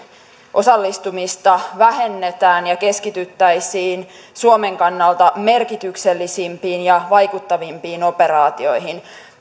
osallistumista vähennetään ja keskityttäisiin suomen kannalta merkityksellisimpiin ja vaikuttavimpiin operaatioihin